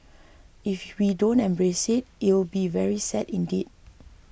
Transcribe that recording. if we don't embrace it it'll be very sad indeed